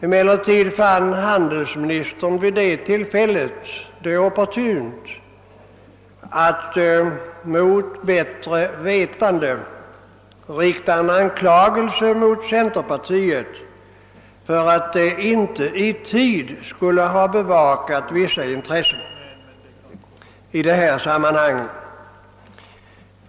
Emellertid fann handelsministern det vid det tillfället opportunt att mot bättre vetande rikta en anklagelse mot centerpartiet för att detta inte i tid skulle ha bevakat vissa intressen i sammanhanget.